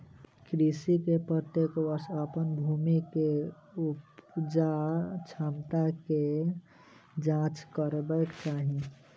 कृषक के प्रत्येक वर्ष अपन भूमि के उपजाऊ क्षमता के जांच करेबाक चाही